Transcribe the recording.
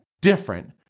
different